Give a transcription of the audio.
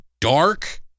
dark